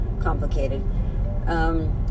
complicated